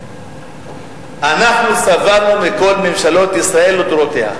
אנחנו שבענו מכל ממשלות ישראל לדורותיהן.